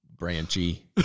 branchy